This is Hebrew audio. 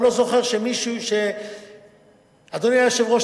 אדוני היושב-ראש,